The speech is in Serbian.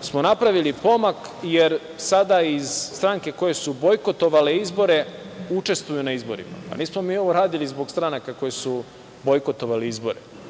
smo napravili pomak jer sada stranke koje su bojkotovale izbore učestvuju na izborima. Pa, nismo mi ovo radili zbog stranaka koje su bojkotovale izbore,